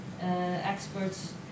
experts